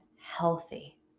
healthy